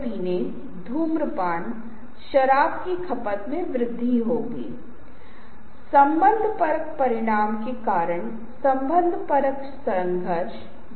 मैं कहूंगा रंग बहुत गहरा क्षेत्र है और रंग एक ऐसी चीज है जिसे मैंने फिर से स्लाइड में विस्तार से साझा किया है